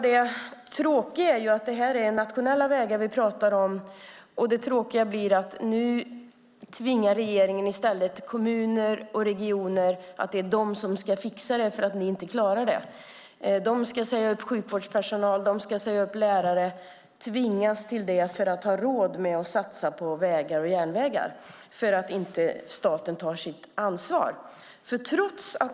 Det här är nationella vägar vi pratar om, och det tråkiga är att regeringen nu tvingar kommuner och regioner att fixa det här för att ni inte klarar det. De ska tvingas säga upp sjukvårdspersonal och lärare för att ha råd att satsa på vägar och järnvägar därför att staten inte tar sitt ansvar.